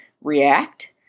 react